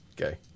Okay